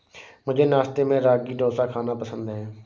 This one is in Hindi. मुझे नाश्ते में रागी डोसा खाना पसंद है